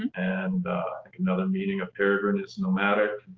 and like another meaning of peregrine is nomadic,